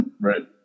Right